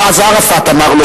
אז ערפאת אמר לו,